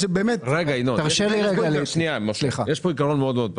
יש פה עיקרון מאוד פשוט,